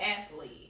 athlete